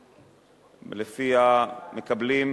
מקבלים,